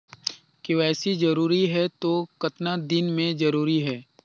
KYC जरूरी हे तो कतना दिन मे जरूरी है?